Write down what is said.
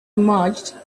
emerged